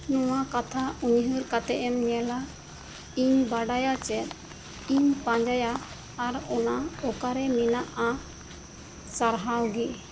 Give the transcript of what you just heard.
ᱱᱚᱣᱟ ᱠᱟᱛᱷᱟ ᱩᱭᱦᱟᱹᱨ ᱠᱟᱛᱮᱜ ᱮᱢ ᱧᱮᱞᱟ ᱤᱧ ᱵᱟᱰᱟᱭᱟ ᱪᱮᱫ ᱤᱧ ᱯᱟᱸᱡᱟᱭᱟ ᱟᱨ ᱚᱱᱟ ᱚᱠᱟᱨᱮ ᱢᱮᱱᱟᱜᱼᱟ ᱥᱟᱨᱦᱟᱣ ᱜᱮ